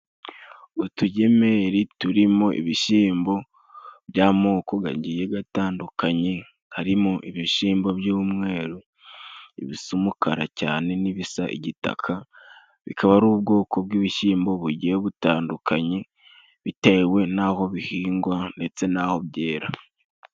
Utugemeri turimo ibishimbo by'amoko gagiye gatandukanye, karimo ibishimbo by'umweru bisa umukara cyane n'ibisa igitaka bikaba ari ubwoko bw'ibishimbo bugiye butandukanye bitewe n'aho bihingwa ndetse n'aho byera.